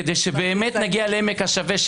כדי שבאמת נגיע לעמק השווה,